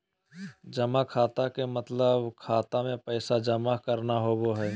जमा खाता के मतलब खाता मे पैसा जमा करना होवो हय